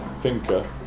thinker